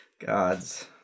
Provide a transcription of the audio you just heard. God's